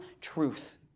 truth